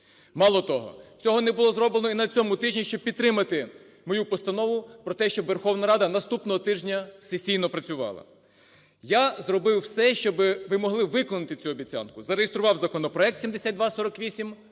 Мало того, цього не було зроблено і на цьому тижні, щоб підтримати мою постанову про те, щоб Верховна Рада наступного тижня сесійно працювала. Я зробив все, щоби ви могли виконати цю обіцянку: зареєстрував законопроект 7248